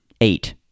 eight